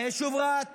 ביישוב רהט